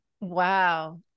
Wow